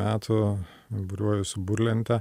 metų buriuoju su burlente